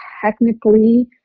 technically